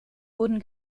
wurden